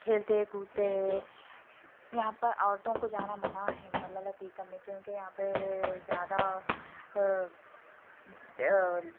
کھیلتے کودتے ہیں یہاں پر عورتوں کو جانا منع ہے ملالا تیرتم میں کیونکہ یہاں پہ زیادہ